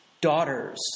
Daughters